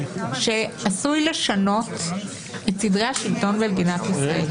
שעשוי לשנות את סדרי השלטון במדינת ישראל,